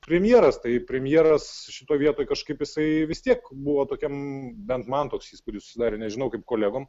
premjeras tai premjeras šitoj vietoj kažkaip jisai vis tiek buvo tokiam bent man toks įspūdis susidarė nežinau kaip kolegom